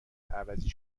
عوضی